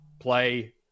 play